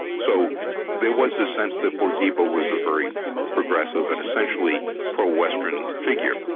so there was the sense that bourguiba was a very progressive and essentially pro-western figure.